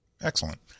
Excellent